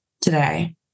today